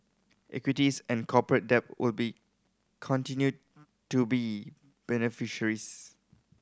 equities and corporate debt will continue to be beneficiaries